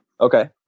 Okay